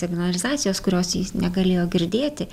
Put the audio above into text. signalizacijos kurios jis negalėjo girdėti